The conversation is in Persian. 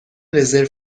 رزرو